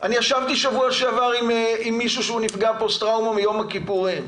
אני ישבתי בשבוע שעבר עם מישהו שהוא נפגע פוסט טראומה מיום הכיפורים,